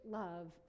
love